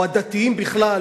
או הדתיים בכלל,